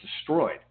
destroyed